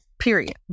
Period